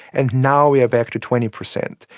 and now we are back to twenty percent.